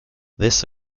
this